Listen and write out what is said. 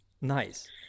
Nice